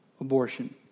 abortion